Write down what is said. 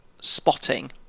spotting